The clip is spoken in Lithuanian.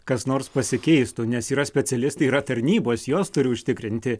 kas nors pasikeistų nes yra specialistai yra tarnybos jos turi užtikrinti